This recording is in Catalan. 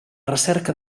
recerca